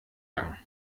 gang